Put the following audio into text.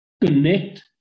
connect